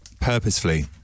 Purposefully